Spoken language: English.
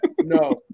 No